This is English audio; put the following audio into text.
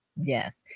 Yes